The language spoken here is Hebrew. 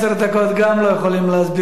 יכול להיות שלא יהיה צורך בעשר דקות,